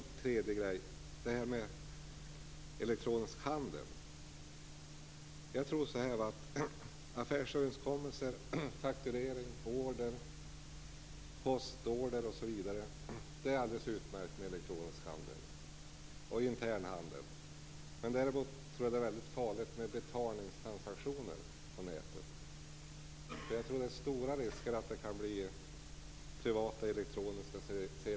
Jag tror att det är alldeles utmärkt med elektronisk handel för affärsöverenskommelser, fakturering, order, postorder, internhandel osv. Men jag tror att det är väldigt farligt med betalningstransaktioner på nätet. Jag tror att risken är stor att det kan bli privata elektroniska sedelpressar.